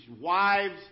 wives